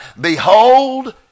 behold